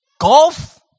golf